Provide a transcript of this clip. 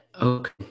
okay